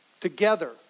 together